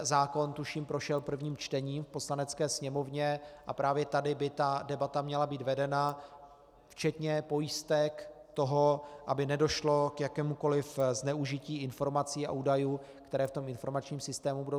Zákon tuším prošel prvním čtením v Poslanecké sněmovně a právě tady by ta debata měla být vedena, včetně pojistek toho, aby nedošlo k jakémukoliv zneužití informací a údajů, které v tom informačním systému budou shromažďovány.